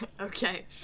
okay